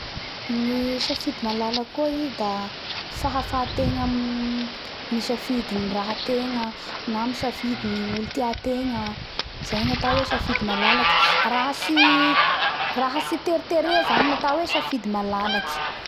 Ny safidy malalaky koa i da fahafahategna amy amy safidy ny raha ategna na misafidy ny olo tia tegna zay gnatao hoe safidy malalaky raha tsy raha tsy teritery zany ny atao hoe safidy malalaky